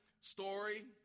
story